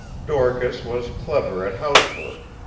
dorcas was clever at housework.